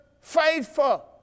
faithful